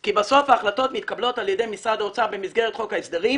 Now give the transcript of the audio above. כי בסוף ההחלטות מתקבלות על ידי משרד האוצר במסגרת חוק ההסדרים.